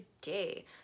today